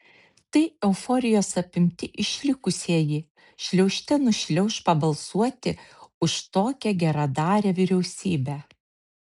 tai euforijos apimti išlikusieji šliaužte nušliauš pabalsuoti už tokią geradarę vyriausybę